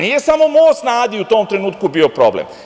Nije samo most na Adi u tom trenutku bio problem.